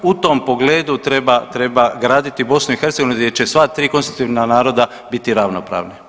U tom pogledu treba, treba graditi BiH gdje će sva tri konstitutivna naroda biti ravnopravni.